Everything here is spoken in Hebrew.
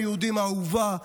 מדינת היהודים האהובה,